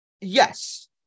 Yes